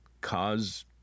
cause